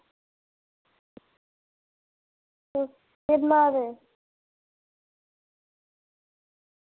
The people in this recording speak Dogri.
केह् बना दे